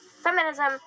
Feminism